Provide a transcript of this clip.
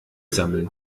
sammeln